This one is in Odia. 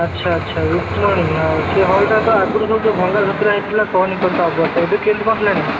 ଆଚ୍ଛା ଆଚ୍ଛା ରୁକ୍ମଣୀ ହଁ ସେ ହଲ୍ଟା ତ ଆଗରୁ ଯୋଉ ଯୋଉ ଭଙ୍ଗା ଧତିରା ହେଇକି ଥିଲା କହନି କହନି ତା ଅବସ୍ଥା ଏବେ କେମିତି କ'ଣ ହେଲାଣି